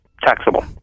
taxable